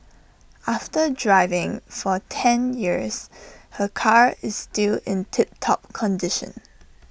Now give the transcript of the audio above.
after driving for ten years her car is still in tip top condition